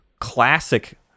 classic